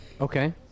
Okay